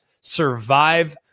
survive